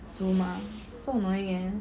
zoom ah so annoying eh